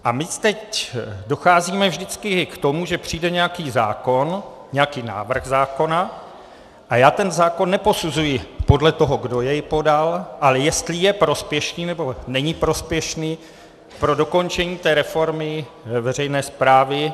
A my teď docházíme vždycky k tomu, že přijde nějaký zákon, nějaký návrh zákona, a já ten zákon neposuzuji podle toho, kdo jej podal, ale jestli je prospěšný nebo není prospěšný pro dokončení té reformy veřejné správy.